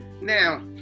now